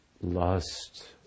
lust